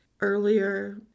earlier